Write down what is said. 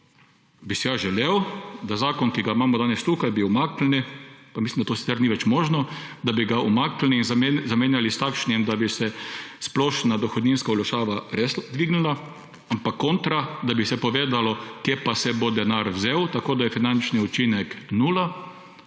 bi si jaz želel, da zakon, ki ga imamo danes tukaj, bi umaknili – pa mislim, da to sicer več ni možno –, da bi ga umaknili in zamenjali s takšnim, da bi se splošna dohodninska olajšava res dvignila; ampak kontra, da bi se povedalo, kje pa se bo denar vzel, tako da je finančni učinek nula.